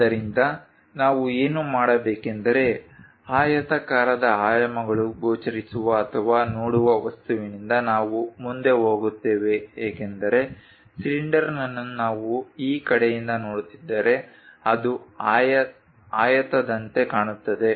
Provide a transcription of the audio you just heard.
ಆದ್ದರಿಂದ ನಾವು ಏನು ಮಾಡಬೇಕೆಂದರೆ ಆಯತಾಕಾರದ ಆಯಾಮಗಳು ಗೋಚರಿಸುವ ಅಥವಾ ನೋಡುವ ವಸ್ತುವಿನಿಂದ ನಾವು ಮುಂದೆ ಹೋಗುತ್ತೇವೆ ಏಕೆಂದರೆ ಸಿಲಿಂಡರ್ನನ್ನು ನಾವು ಈ ಕಡೆಯಿಂದ ನೋಡುತ್ತಿದ್ದರೆ ಅದು ಆಯತದಂತೆ ಕಾಣುತ್ತದೆ